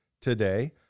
today